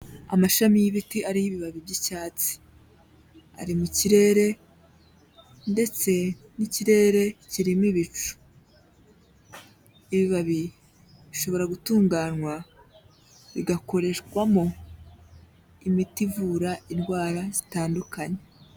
Amashami y'ibiti ariho ibibabi by'icyatsi, ari mu kirere ndetse n'ikirere kirimo ibicu, ibibabi bishobora gutunganywa bigakoreshwamo imiti ivura indwara zitandukanye.